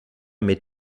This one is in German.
mit